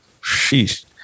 sheesh